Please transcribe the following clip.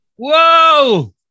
Whoa